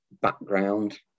background